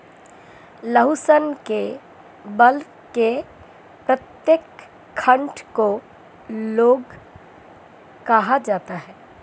लहसुन के बल्ब के प्रत्येक खंड को लौंग कहा जाता है